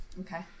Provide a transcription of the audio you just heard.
Okay